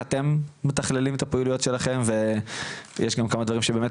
אתם מתכללים את הפעילויות שלכם ויש גם כמה דברים שבאמת